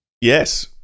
Yes